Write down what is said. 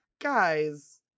guys